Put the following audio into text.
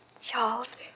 Charles